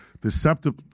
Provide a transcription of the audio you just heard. deceptive